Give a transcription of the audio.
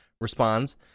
Responds